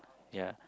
ya